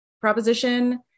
proposition